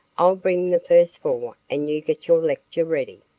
i'll bring the first four and you get your lecture ready.